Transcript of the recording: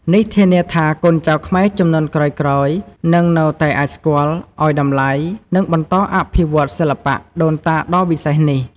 នេះធានាថាកូនចៅខ្មែរជំនាន់ក្រោយៗនឹងនៅតែអាចស្គាល់ ឱ្យតម្លៃ និងបន្តអភិវឌ្ឍសិល្បៈដូនតាដ៏វិសេសនេះ។